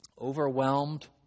overwhelmed